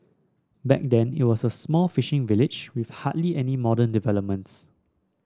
back then it was an small fishing village with hardly any modern developments